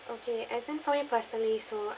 okay as in for you personally so